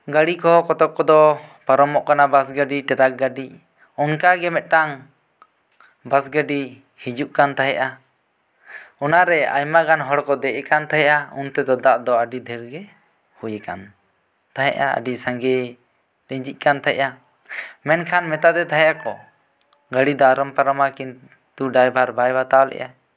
ᱱᱚᱝᱠᱟ ᱜᱟᱲᱤ ᱠᱚᱸᱦᱚ ᱠᱚᱛᱚᱠ ᱠᱚᱫᱚ ᱯᱟᱨᱚᱢᱚᱜ ᱠᱟᱱᱟ ᱵᱟᱥ ᱜᱟᱹᱰᱤ ᱠᱚ ᱴᱨᱮᱠ ᱜᱟᱹᱰᱤ ᱠᱚ ᱚᱱᱠᱟ ᱜᱮ ᱢᱤᱫᱴᱟᱝ ᱵᱟᱥ ᱜᱟᱹᱰᱤ ᱦᱤᱡᱩᱜ ᱠᱟᱱ ᱛᱟᱦᱮᱸᱫᱼᱟ ᱚᱱᱟ ᱨᱮ ᱟᱭᱢᱟ ᱜᱟᱱ ᱦᱚᱲ ᱠᱚ ᱫᱮᱡ ᱟᱠᱟᱱ ᱛᱟᱦᱮᱸᱫᱼᱟ ᱩᱱ ᱛᱮᱫᱚ ᱫᱟᱜ ᱫᱚ ᱟᱹᱰᱤ ᱰᱷᱮᱨ ᱜᱮ ᱦᱩᱭᱟᱠᱟᱱ ᱛᱟᱦᱮᱸᱫᱼᱟ ᱟᱹᱰᱤ ᱥᱟᱸᱜᱮ ᱞᱤᱸᱡᱤᱜ ᱠᱟᱱ ᱛᱟᱦᱮᱸᱫᱼᱟ ᱢᱮᱱᱠᱷᱟᱱ ᱢᱮᱛᱟᱫᱮ ᱛᱟᱦᱮᱸᱫ ᱟᱠᱚ ᱜᱟᱹᱲᱤ ᱫᱚ ᱟᱞᱚᱢ ᱯᱟᱨᱚᱢᱟ ᱠᱤᱱᱛᱩ ᱰᱟᱭᱵᱷᱟᱨ ᱵᱟᱭ ᱵᱟᱛᱟᱣ ᱞᱮᱫᱼᱟ